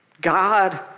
God